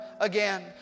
again